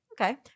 Okay